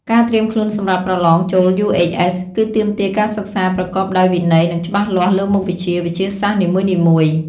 ការត្រៀមខ្លួនសម្រាប់ប្រទ្បងចូល UHS គឺទាមទារការសិក្សាប្រកបដោយវិន័យ និងច្បាស់លាស់លើមុខវិជ្ជាវិទ្យាសាស្ត្រនីមួយៗ។